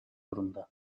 durumda